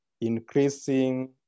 increasing